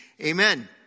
amen